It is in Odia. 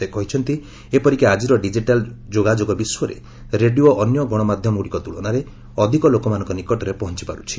ସେ କହିଛନ୍ତି ଏପରିକି ଆଜିର ଡିକିଟାଲ୍ ଯୋଗାଯୋଗ ବିଶ୍ୱରେ ରେଡିଓ ଅନ୍ୟ ଗଣମାଧ୍ୟମଗୁଡ଼ିକ ତୁଳନାରେ ଅଧିକ ଲୋକମାନଙ୍କ ନିକଟରେ ପହଞ୍ଚି ପାରୁଛି